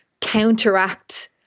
counteract